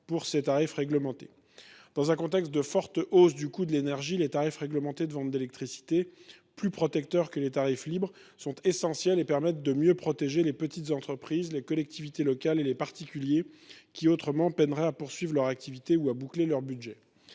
de ces tarifs réglementés. Dans un contexte de forte hausse du coût de l’énergie, les tarifs réglementés de vente d’électricité, plus protecteurs que les tarifs libres, sont essentiels pour protéger les petites entreprises, les collectivités locales et les particuliers. À défaut, ceux ci peineraient à poursuivre leur activité ou à boucler leur budget.